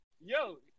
yo